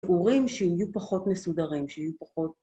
תיאורים שיהיו פחות מסודרים, שיהיו פחות...